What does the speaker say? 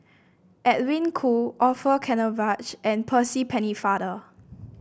Edwin Koo Orfeur Cavenagh and Percy Pennefather